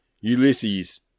Ulysses